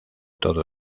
todo